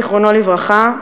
זיכרונו לברכה,